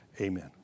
Amen